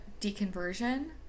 deconversion